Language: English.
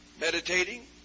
meditating